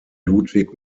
ludwig